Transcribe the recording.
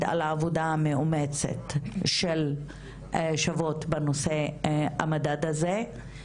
על העבודה המאומצת של "שוות" בנושא המדד הזה.